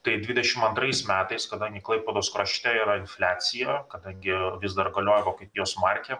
tai dvidešim antrais metais kadangi klaipėdos krašte yra infliacija kadangi vis dar galioja vokietijos markė